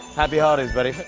happy holidays, buddy.